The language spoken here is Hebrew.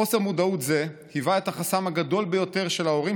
חוסר מודעות זה היווה את החסם הגדול ביותר של ההורים